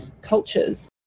cultures